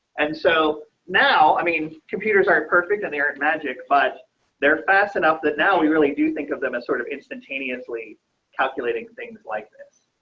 and so now i mean computers aren't perfect. perfect. and they aren't magic but they're fast enough that now we really do think of them as sort of instantaneously calculating things like this.